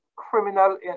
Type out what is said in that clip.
Criminal